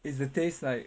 it's the taste like